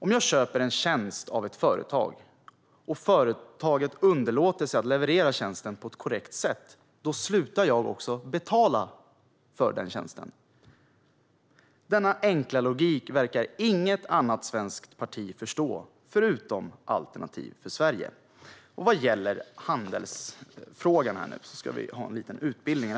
Om jag köper en tjänst av ett företag och företaget underlåter att leverera tjänsten på ett korrekt sätt slutar jag att betala för tjänsten. Denna enkla logik verkar inget svenskt parti förstå förutom Alternativ för Sverige. Vad gäller handelsfrågan ska vi ha en liten utbildning här.